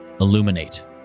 illuminate